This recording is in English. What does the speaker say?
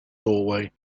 doorway